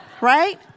Right